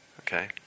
okay